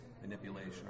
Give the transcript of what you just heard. manipulation